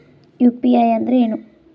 UPI ಅಂದ್ರೆ ಏನು?